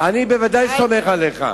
אני בוודאי סומך עליך.